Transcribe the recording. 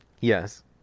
yes